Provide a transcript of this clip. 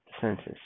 census